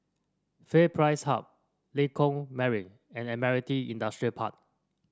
FairPrice Hub Lengkok Mariam and Admiralty Industrial Park